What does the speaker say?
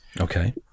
Okay